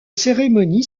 cérémonie